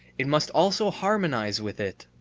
it must also harmonize with it.